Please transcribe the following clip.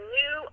new